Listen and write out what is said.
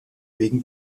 wegen